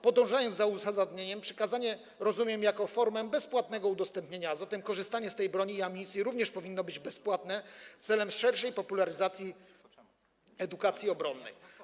Podążając za uzasadnieniem, przekazanie rozumiem jako formę bezpłatnego udostępnienia, a zatem korzystanie z tej broni i amunicji również powinno być bezpłatne celem szerszej popularyzacji edukacji obronnej.